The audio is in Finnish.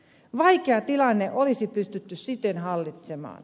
vaikea tilanne olisi pystytty siten hallitsemaan